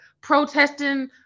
protesting